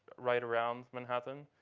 right around manhattan.